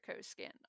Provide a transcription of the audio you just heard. skin